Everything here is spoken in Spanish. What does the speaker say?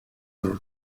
los